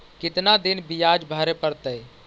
कितना दिन बियाज भरे परतैय?